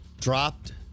dropped